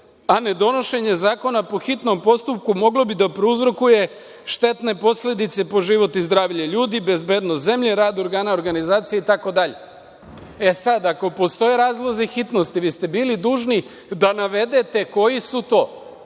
a nedonošenje zakona po hitnom postupku moglo bi da prouzrokuje štetne posledice po život i zdravlje ljudi, bezbednost zemlje, rad organa i organizacija, itd.E sad, ako postoje razlozi hitnosti, vi ste bili dužni da navedete koji su to.